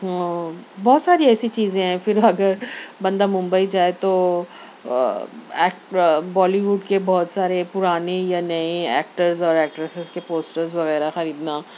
بہت ساری ایسی چیزیں ہیں پھر اگر بندہ ممبئی جائے تو بالی ووڈ کے بہت سارے پرانے یا نئے ایکٹرز اور ایکٹریسز کے پوسٹرز وغیرہ خریدنا